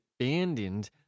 abandoned